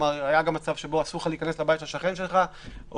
היה גם מצב שבו אסור לך להיכנס לבית של השכן שלך או